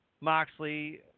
Moxley